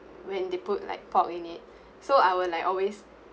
when they put like pork in it so I will like always